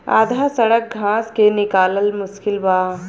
आधा सड़ल घास के निकालल मुश्किल बा